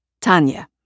Tanya